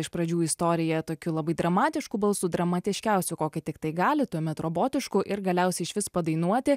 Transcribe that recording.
iš pradžių istoriją tokiu labai dramatišku balsu dramatiškiausiu kokį tiktai gali tuomet robotišku ir galiausiai išvis padainuoti